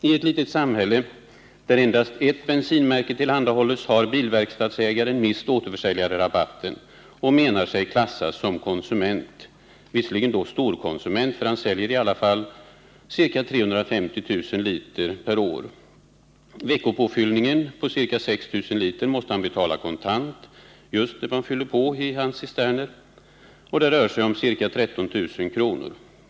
I ett litet samhälle, där endast ett bensinmärke tillhandahålles, har bilverkstadsägaren mist återförsäljarrabatten, och han menar att han klassas som konsument — visserligen då storkonsument, för han säljer ca 350 000 liter per år. Veckopåfyllningen på ca 6 000 liter måste han betala kontant just då hans cistern fylls på. Det rör sig om ca 13 000 kr.